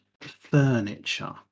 Furniture